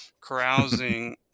carousing